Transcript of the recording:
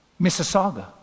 Mississauga